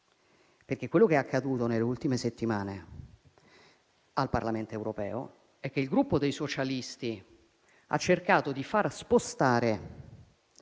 perché quello che è accaduto nelle ultime settimane al Parlamento europeo è che il Gruppo dei socialisti ha cercato di far spostare